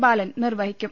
ബാലൻ നിർവഹിക്കും